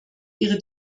ihre